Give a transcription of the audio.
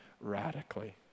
radically